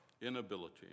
Inability